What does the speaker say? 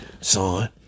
son